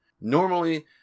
normally